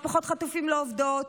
משפחות חטופים לא עובדות.